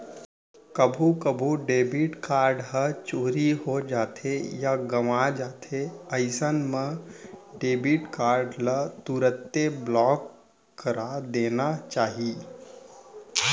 कभू कभू debit card ह चोरी हो जाथे या गवॉं जाथे अइसन मन डेबिट कारड ल तुरते ब्लॉक करा देना चाही